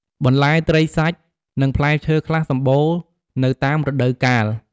បន្លែ ត្រី សាច់ និងផ្លែឈើខ្លះសម្បូរនៅតាមរដូវកាល។